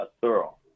thorough